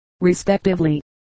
respectively